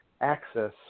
access